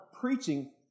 preaching